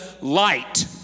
light